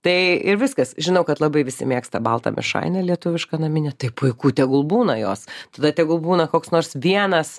tai ir viskas žinau kad labai visi mėgsta baltą mišrainę lietuvišką naminę tai puiku tegul būna jos tada tegul būna koks nors vienas